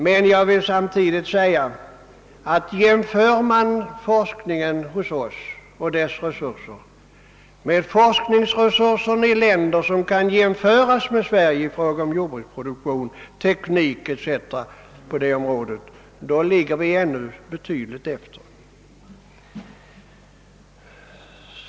Men jag vill samtidigt säga att om man jämför våra forskningsresurser med motsvarande resurser i andra länder som kan jämföras med Sverige i fråga om jordbruksproduktion och teknik så ligger vi ännu långt efter.